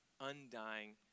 undying